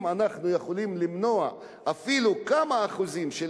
אם אנחנו יכולים למנוע אפילו כמה אחוזים של